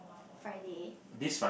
Friday